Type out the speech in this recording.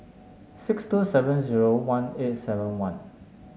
six two seven zero one eight seven one